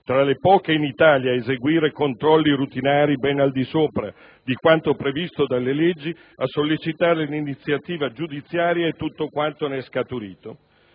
tra le poche in Italia ad eseguire controlli routinari ben al di sopra di quanto previsto dalle leggi, a sollecitare l'iniziativa giudiziaria e tutto quanto ne è scaturito.